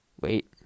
Wait